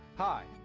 hi,